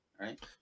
right